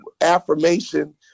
affirmation